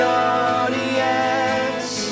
audience